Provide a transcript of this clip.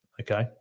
Okay